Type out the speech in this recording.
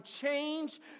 change